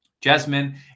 Jasmine